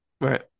Right